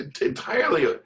Entirely